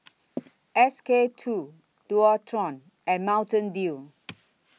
S K two Dualtron and Mountain Dew